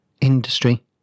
industry